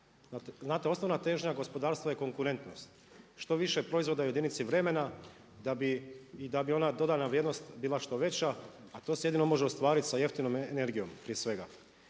Znate osnovna težnja gospodarstva je konkurentnost. Što više proizvoda je u jedinici vremena i da bi ona dodana vrijednost bila što veća a to se jedino može ostvariti s jeftinom energijom prije svega.